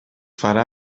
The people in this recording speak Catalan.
farà